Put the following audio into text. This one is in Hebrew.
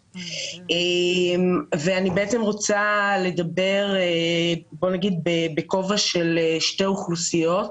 ואני בעצם רוצה לדבר בכובע של שתי אוכלוסיות.